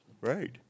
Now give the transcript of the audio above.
Right